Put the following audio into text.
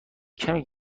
کمی